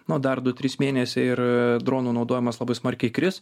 nu dar du trys mėnesiai ir dronų naudojimas labai smarkiai kris